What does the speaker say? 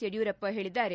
ಯಡಿಯೂರಪ್ಪ ಹೇಳದ್ದಾರೆ